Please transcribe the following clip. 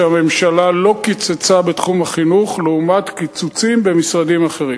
שהממשלה לא קיצצה בתחום החינוך לעומת קיצוצים במשרדים אחרים,